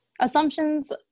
assumptions